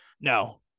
No